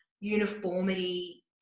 uniformity